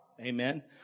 Amen